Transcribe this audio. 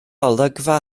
olygfa